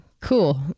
cool